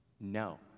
No